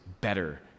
better